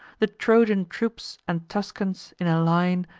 the trojan troops and tuscans, in a line,